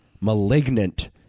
Malignant